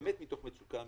באמת מתוך מצוקה אמיתית,